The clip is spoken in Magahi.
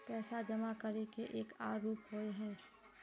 पैसा जमा करे के एक आर रूप होय है?